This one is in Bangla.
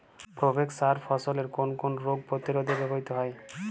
প্রোভেক্স সার ফসলের কোন কোন রোগ প্রতিরোধে ব্যবহৃত হয়?